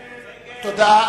תודה.